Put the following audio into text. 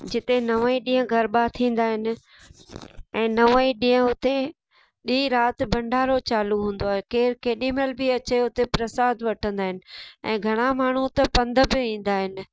जिते नव ई ॾींहं गरबा थींदा आहिनि ऐं नव ई ॾींहं हुते ॾींहुं राति भंडारो चालू हूंदो आहे केरु केॾीमहिल बि अचे हुते प्रसादु वठंदा आहिनि ऐं घणा माण्हू त पंध बि ईंदा आहिनि